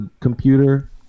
computer